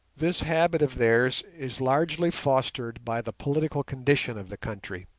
this habit of theirs is largely fostered by the political condition of the country.